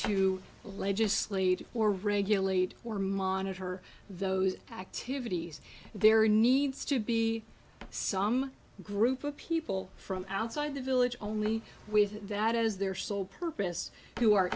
to legislate or regulate or monitor those activities there needs to be some group of people from outside the village only with that as their sole purpose you are